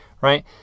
right